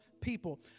people